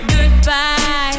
Goodbye